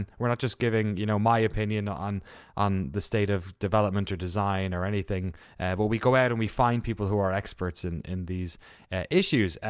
and we're not just giving you know my option yeah and on on the state of development or design or anything and but we go out and we find people who are experts in in these issues.